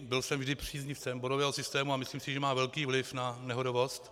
Byl jsem vždy příznivcem bodového systému a myslím si, že má velký vliv na nehodovost.